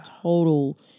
total